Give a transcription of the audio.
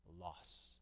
loss